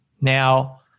Now